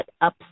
up